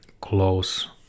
close